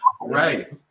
right